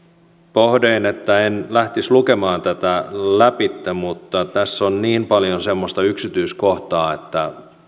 pohdin että en lähtisi lukemaan tätä lävitse mutta tässä on niin paljon semmoista yksityiskohtaa että